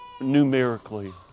numerically